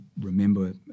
remember